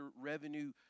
revenue